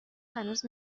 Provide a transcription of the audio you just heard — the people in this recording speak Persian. هنوز